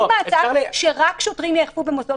אם ההצעה היא שרק שוטרים יאכפו במוסדות